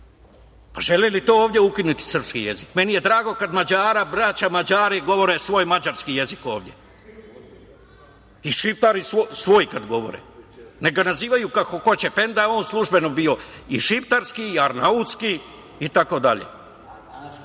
Pa, želeli li to ukinuti srpski jezik? Meni je drago kad Mađara, braća Mađari govore svoj mađarski jezik ovde, Šiptari svoj kad govore. Neka nazivaju kako hoće premda je on i službeno bio i šiptarski i arnautski i tako dalje